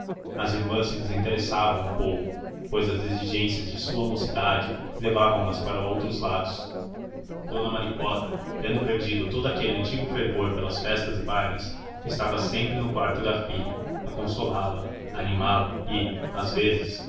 as irmãs se desinteressavam um pouco pois as exigências de sua mocidade levavam nas para outros lados dona maricota tendo perdido todo aquele antigo fervor pelas festas e bailes estava sempre no quarto da filha a consolá-la animá-la e às vezes